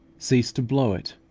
cease to blow it,